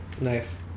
nice